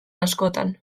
askotan